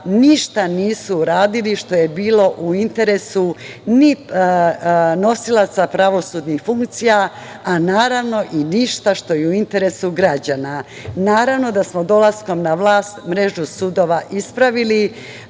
ništa nisu uradili što je bilo u interesu ni nosilaca pravosudnih funkcija, a naravno i ništa što je u interesu građana. Naravno da smo dolaskom na vlast mrežu sudova ispravili,